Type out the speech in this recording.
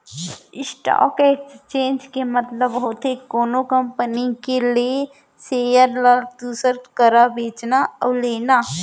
stock exchange के मतलब होथे कोनो कंपनी के लेय सेयर ल दूसर करा बेचना अउ लेना